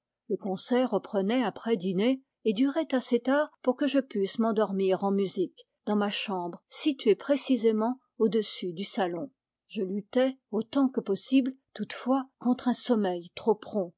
le concert reprenait après dîner et durait assez tard pour que je pusse m'endormir en musique dans ma chambre si tuée précisément au-dessus du salon je luttais autant que possible toutefois contre un sommeil trop prompt